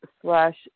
slash